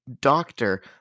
doctor